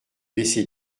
laisser